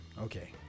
okay